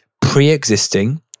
pre-existing